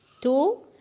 Two